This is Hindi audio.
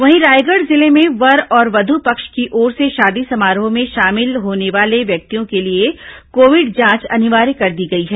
वहीं रायगढ़ जिले में वर और वध् पक्ष की ओर से शादी समारोह में शामिल होने वाले व्यक्तियों के लिए कोविड जांच अनिवार्य कर दी गई है